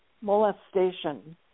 molestation